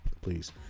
please